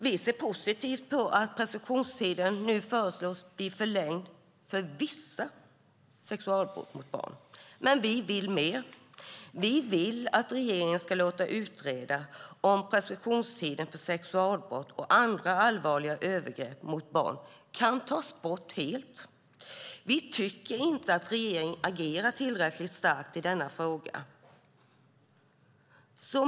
Vi ser positivt på att preskriptionstiden nu föreslås bli förlängd för vissa sexualbrott mot barn, men vi vill mer. Vi vill att regeringen ska låta utreda om preskriptionstiden för sexualbrott och andra allvarliga övergrepp mot barn kan tas bort helt. Vi tycker inte att regeringen agerar tillräckligt starkt i denna fråga.